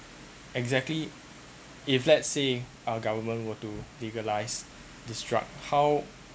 exactly if let's say our government were to legalize this drug how